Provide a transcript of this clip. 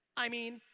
i mean,